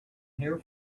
here